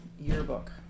yearbook